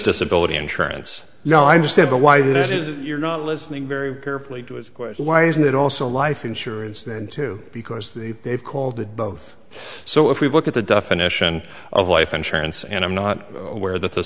disability insurance no i understand but why that is if you're not listening very carefully to his question why isn't it also a life insurance then too because the they've called it both so if we look at the definition of life insurance and i'm not aware that this